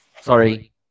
Sorry